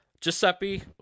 Giuseppe